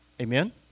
Amen